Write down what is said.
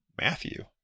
Matthew